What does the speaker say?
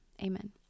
Amen